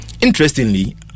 Interestingly